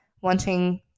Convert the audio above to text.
wanting